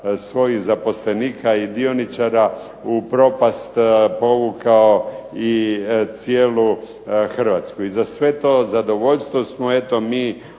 svojih zaposlenika i dioničara u propast povukao i cijelu Hrvatsku. I za sve to zadovoljstvo smo eto mi